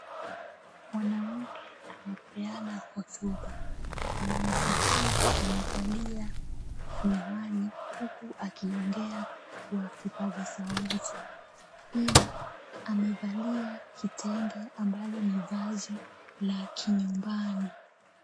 Mwanamke anapeana hotuba. Mwanamke huyu amevalia miwani, huku akiongea kwa kipaza sauti. Pia amevalia kitenge, ambalo ni vazi la kinyumbani.